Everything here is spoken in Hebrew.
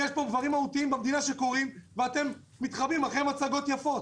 יש פה דברים מהותיים במדינה שקורים ואתם מתחבאים מאחורי מצגות יפות.